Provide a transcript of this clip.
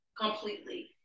completely